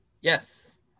Yes